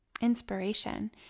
inspiration